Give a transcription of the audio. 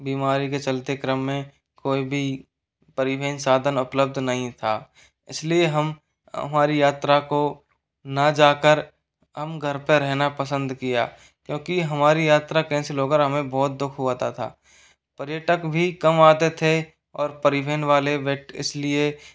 बीमारी के चलते क्रम में कोई भी परिवहन साधन उपलब्ध नहीं था इसलिए हम हमारी यात्रा को ना जाकर हम घर पे रहना पसंद किया क्योंकि हमारी यात्रा कैंसिल होकर हमें बहुत दु ख हुआता था पर्यटक भी कम आते थे और परिवहन वाले वेट इसलिए